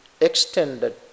extended